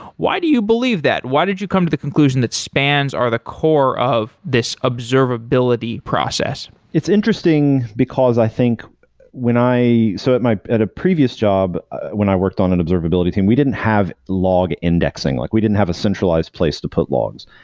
why do you believe that? why did you come to the conclusion that spans are the core of this observability process? it's interesting, because i think when i so at a previous job when i worked on an observability team, we didn't have log indexing. like we didn't have a centralized place to put logs.